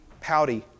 pouty